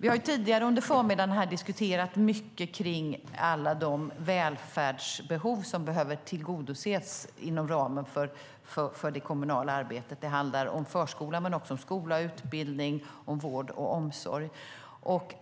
Vi har tidigare under förmiddagen diskuterat mycket kring alla de välfärdsbehov som behöver tillgodoses inom ramen för det kommunala arbetet. Det handlar om förskola men också om skola, utbildning, vård och omsorg.